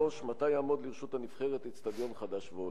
3. מתי יעמוד לרשות הנבחרת איצטדיון חדש והולם?